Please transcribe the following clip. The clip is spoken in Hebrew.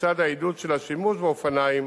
לצד העידוד של השימוש באופניים